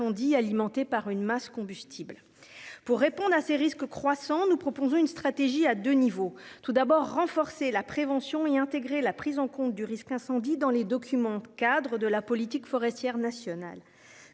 alimenté par une masse combustible. Pour répondre à ces risques croissants, nous proposons une stratégie à deux niveaux. Tout d'abord, nous entendons renforcer la prévention, en intégrant la prise en compte du risque incendie dans les documents-cadres de la politique forestière nationale.